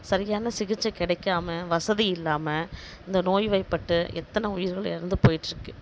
சரியான சிகிச்சை கிடைக்காம வசதி இல்லாமல் இந்த நோய்வாய்ப்பட்டு எத்தனை உயிர்கள் இறந்து போயிட்டிருக்கு